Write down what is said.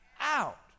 out